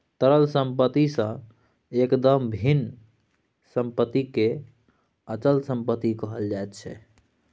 तरल सम्पत्ति सँ एकदम भिन्न सम्पत्तिकेँ अचल सम्पत्ति कहल जाइत छै